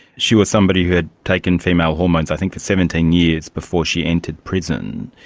she was somebody who had taken female hormones i think for seventeen years before she entered prison,